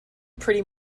pretty